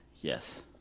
Yes